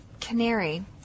Canary